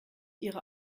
ihre